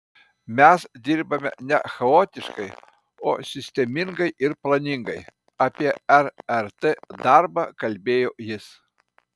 mes dirbame ne chaotiškai o sistemingai ir planingai apie rrt darbą kalbėjo jis